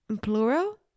plural